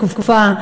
תקופה,